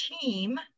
team